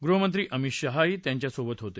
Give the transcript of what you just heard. गृहमंत्री अमित शहाही त्यांचीसोबत होते